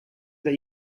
that